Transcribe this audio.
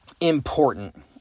important